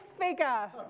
figure